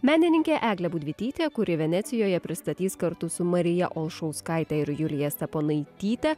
menininkė eglė budvytytė kuri venecijoje pristatys kartu su marija olšauskaite ir julija steponaityte